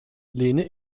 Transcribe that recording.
lehne